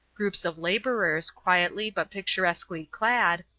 groups of labourers, quietly but picturesquely clad,